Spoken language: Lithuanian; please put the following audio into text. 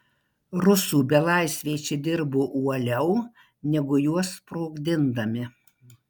rusų belaisviai čia dirbo uoliau negu juos sprogdindami